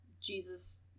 Jesus